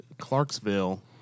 clarksville